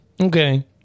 okay